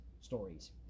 stories